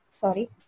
sorry